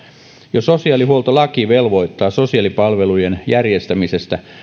jo sosiaalihuoltolaki velvoittaa sosiaalipalvelujen järjestämisestä